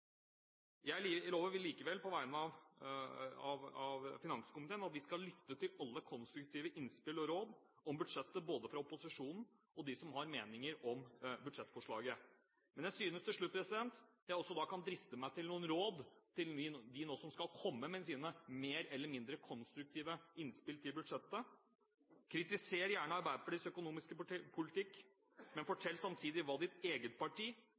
likevel, på vegne av finanskomiteen, at vi skal lytte til alle konstruktive innspill og råd om budsjettet, både fra opposisjonen og fra dem som har meninger om budsjettforslaget. Jeg synes til slutt jeg kan driste meg til noen råd til dem som nå skal komme med sine mer eller mindre konstruktive innspill til budsjettet. Kritiser gjerne Arbeiderpartiets økonomiske politikk, men fortell samtidig hva eget parti